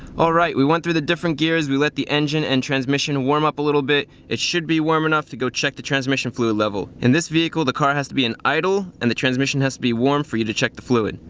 all right, we went through the different gears, we let the engine and transmission warm up a little bit, it should be warm enough to go check the transmission fluid level. in this vehicle, the car has to be in idle and the transmission has to be warm for you to check the fluid,